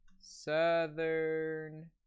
southern